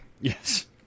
Yes